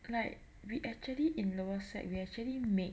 like we actually in lower sec we actually made